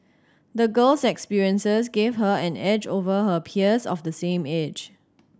the girl's experiences gave her an edge over her peers of the same age